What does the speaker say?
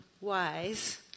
wise